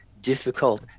difficult